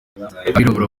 abirabura